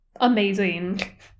Amazing